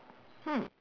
hmm